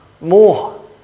more